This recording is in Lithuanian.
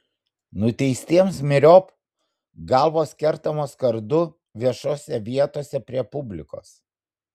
nuteistiems myriop galvos kertamos kardu viešose vietose prie publikos